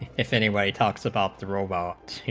if any one talks about the robot